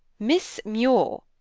miss muir,